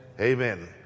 Amen